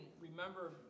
remember